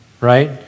right